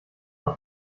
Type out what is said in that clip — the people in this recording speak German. aus